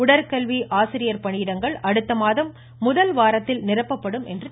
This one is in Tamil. உடற்கல்வி ஆசிரியர் டணியிடங்கள் அடுத் தமாதம் முதல் வாரத்தில் நிரப் பப் படும் ண்றார்